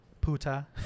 Puta